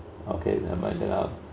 okay never mind